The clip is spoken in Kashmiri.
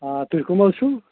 آ تُہۍ کَم حظ چھُو